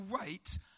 wait